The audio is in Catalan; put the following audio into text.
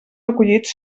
recollits